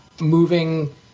moving